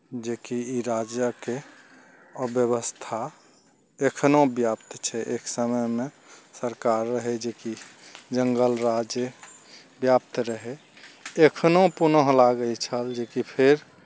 जेकि ई राज्यक अव्यवस्था एखनो व्याप्त छै एक समयमे सरकार रहय जेकि जङ्गल राज्य व्याप्त रहय एखनो पुनः लागय छल जेकि फेर